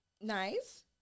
Nice